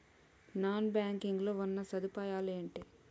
Non banking లో ఉన్నా సదుపాయాలు ఎంటి?